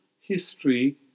history